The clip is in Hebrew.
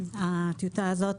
הטיוטה הזאת.